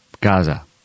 Gaza